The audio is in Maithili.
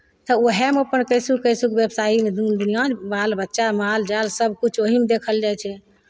तऽ उएहमे अपन कैसहु कैसहु व्यवसायी दीन दुनिआँ बाल बच्चा माल जाल सभकिछु ओहिमे देखल जाइ छै